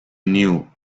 knew